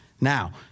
Now